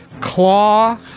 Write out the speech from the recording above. Claw